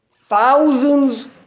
thousands